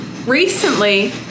recently